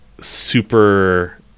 super